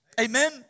Amen